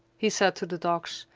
he said to the dogs,